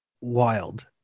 wild